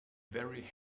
very